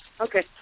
Okay